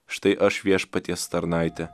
štai aš viešpaties tarnaitė